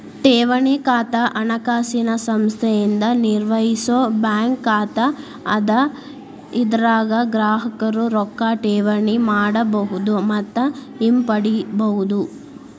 ಠೇವಣಿ ಖಾತಾ ಹಣಕಾಸಿನ ಸಂಸ್ಥೆಯಿಂದ ನಿರ್ವಹಿಸೋ ಬ್ಯಾಂಕ್ ಖಾತಾ ಅದ ಇದರಾಗ ಗ್ರಾಹಕರು ರೊಕ್ಕಾ ಠೇವಣಿ ಮಾಡಬಹುದು ಮತ್ತ ಹಿಂಪಡಿಬಹುದು